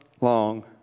long